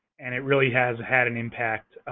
and it really has had an impact